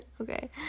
okay